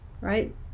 right